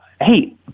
Hey